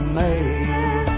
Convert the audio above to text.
made